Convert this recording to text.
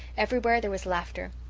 everywhere there was laughter.